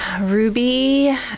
Ruby